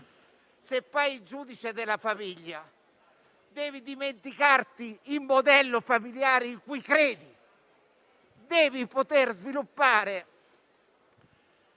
Se sei giudice della famiglia, devi dimenticare il modello familiare in cui credi. Devi poter sviluppare